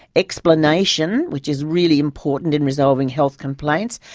explanation, which is really important in resolving health complaints,